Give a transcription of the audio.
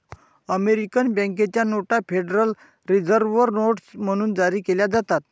American बँकेच्या नोटा Federal Reserve notes म्हणून जारी केल्या जातात